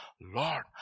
Lord